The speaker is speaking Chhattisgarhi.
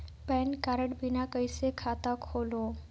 पैन कारड बिना कइसे खाता खोलव?